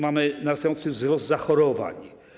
Mamy narastający wzrost zachorowań.